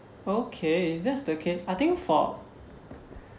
okay if that's the case I think for